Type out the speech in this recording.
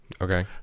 Okay